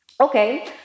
Okay